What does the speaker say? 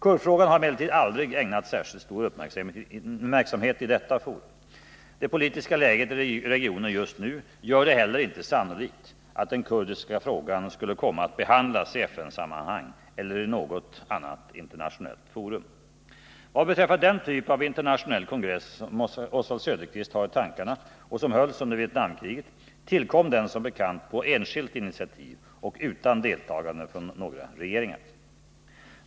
Kurdfrågan har emellertid aldrig ägnats särskild uppmärksamhet i detta forum. Det politiska läget i regionen just nu gör det heller inte sannolikt att den kurdiska frågan skulle komma att behandlas i FN-sammanhang eller i något annat internationellt forum. Vad beträffar den typ av internationell kongress som Oswald Söderqvist har i tankarna och som hölls under Vietnamkriget tillkom den som bekant på enskilt initiativ och utan deltagande från några regeringar.